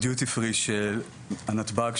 דיוטי-פרי בנתב"ג,